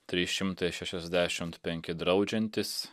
trys šimtai šešiasdešimt penki draudžiantys